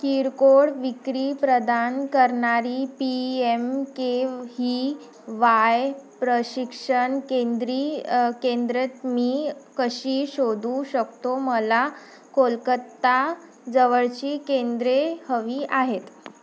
किरकोळ विक्री प्रदान करणारी पी एम के ही वाय प्रशिक्षण केंद्री केंद्रे मी कशी शोधू शकतो मला कोलकत्ता जवळची केंद्रे हवी आहेत